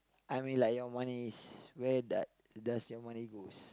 I mean like your money is where da~ does your money goes